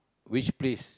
which place